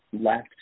left